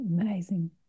Amazing